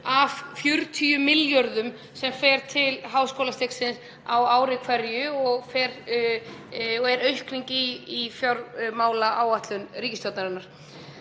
af 40 milljörðum sem fara til háskólastigsins á ári hverju og er aukning í fjármálaáætlun ríkisstjórnarinnar.